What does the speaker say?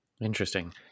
Interesting